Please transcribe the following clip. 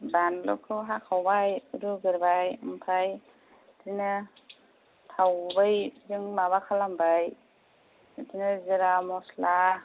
बानलुखौ हाखावबाय रुगोरबाय आमफ्राय बिदिनो थावगुबैजों माबा खालामबाय आमफ्राय जिरा मस्ला